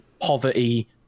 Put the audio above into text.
poverty